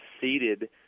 seated